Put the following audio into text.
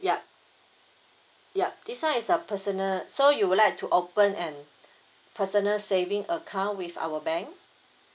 yup yup this [one] is a personal so you would like to open a personal savings account with our bank